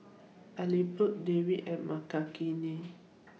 Elattuvalapil Devi and Makineni